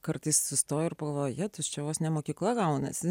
kartais sustoja ir po ja tuščia vos ne mokykla gaunasi